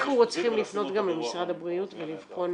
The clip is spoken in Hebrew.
אנחנו צריכים לפנות גם למשרד הבריאות ולבחון